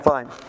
Fine